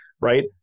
Right